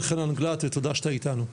אלחנן גלט, תודה שאתה איתנו.